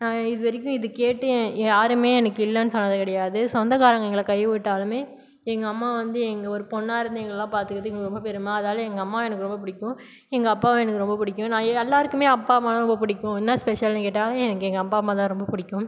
நாங்கள் இதுவரைக்கும் இது கேட்டு யாரும் எனக்கு இல்லைனு சொன்னது கிடையாது சொந்தகாரங்க எங்களை கைவிட்டாலும் எங்கள் அம்மா வந்து எங்கள் ஒரு பொண்ணாக இருந்து எங்களல்லாம் பார்த்துகிறது எங்களுக்கு ரொம்ப பெருமை அதனால எங்கள் அம்மாவை எனக்கு ரொம்ப பிடிக்கும் எங்கள் அப்பாவை எனக்கு ரொம்ப பிடிக்கும் எல்லாருக்குமே அப்பா அம்மான்னால் ரொம்ப பிடிக்கும் என்ன ஸ்பெஷல்னு கேட்டால் எனக்கு எங்கள் அப்பா அம்மா தான் ரொம்ப பிடிக்கும்